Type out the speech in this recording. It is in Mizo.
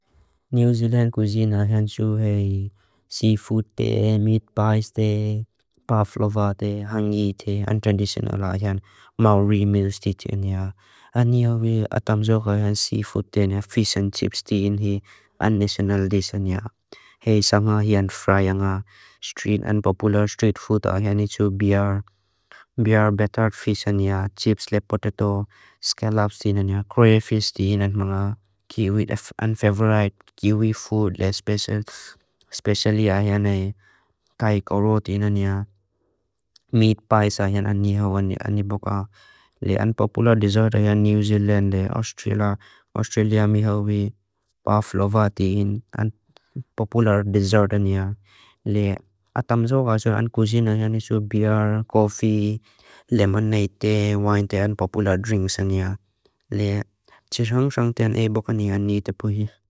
New Zealand cuisine a hensu hei seafood te, meat pies te, puff lova te, hung eat te, and traditional a hens mau re-meals titiniya. A niawi atamzok a hens seafood te, fish and chips tinihi, and national dish tiniha. Hei sanga hi and fry anga, street and popular street food a hensu, beer, beer battered fish tiniha, chips le, potato, scallops tiniha, crayfish tiniha, kiwi, and favorite kiwi food le, specially a hens ne, kai koro tiniha, meat pies a hens a nihau aniboka. Le and popular dessert a hens New Zealand le, Australia, Australia mihau we, puff lova tiniha, and popular dessert a hens niha. Le atamzok a hensu and cuisine a hensu, beer, coffee, lemonade te, wine te, and popular drinks a hens niha. Le tshishang shang te and aiboka niha and eat a puhi.